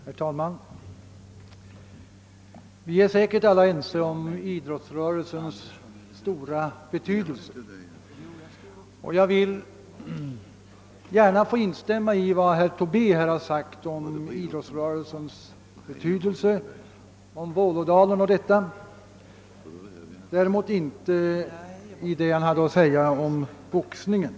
Herr talman! Vi är säkerligen alla ense om idrottsrörelsens stora betydelse, och jag vill gärna instämma i vad herr Tobé sagt om Vålådalen o.s.v. Däremot kan jag inte instämma i det han hade att säga om boxningen.